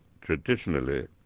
Traditionally